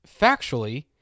factually